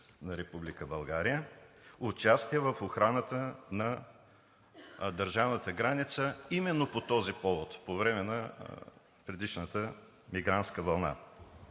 България, участие в охраната на държавната граница именно по този повод по време на предишната мигрантска вълна.